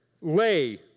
lay